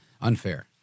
unfair